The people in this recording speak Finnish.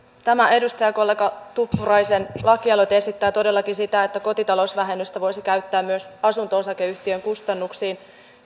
tämä edustajakollega tuppuraisen lakialoite esittää todellakin sitä että kotitalousvähennystä voisi käyttää myös asunto osakeyhtiön kustannuksiin